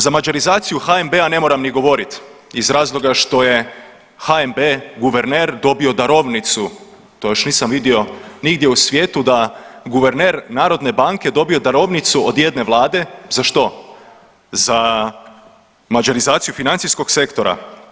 Za mađarizaciju HNB-a ne moram ni govoriti iz razloga što je HNB guverner dobio darovnicu, to još nisam vidio nigdje u svijetu da guverner narodne banke dobio darovnicu od jedne vlade, za što, za mađarizaciju financijskog sektora.